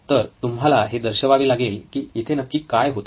तर तुम्हाला हे दर्शवावे लागेल की इथे नक्की काय होत आहे